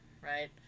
right